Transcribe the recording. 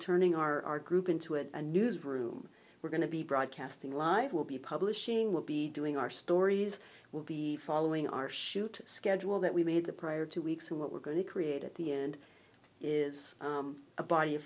turning our group into it a news room we're going to be broadcasting live will be publishing we'll be doing our stories we'll be following our shoot schedule that we made the prior two weeks and what we're going to create at the end is a body of